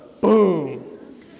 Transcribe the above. boom